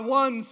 one